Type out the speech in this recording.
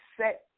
set